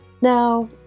Now